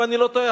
אם אני לא טועה,